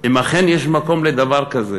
אם אכן יש מקום לדבר כזה,